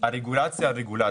רגולציה על רגולציה.